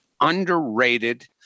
underrated